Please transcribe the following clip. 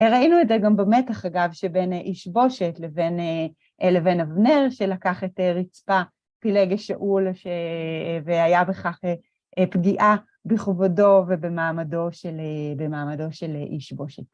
ראינו את זה גם במתח אגב, שבין איש בושת לבין אבנר, שלקח את רצפה פילגש שאול, והיה בכך פגיעה בכובדו ובמעמדו של איש בושת.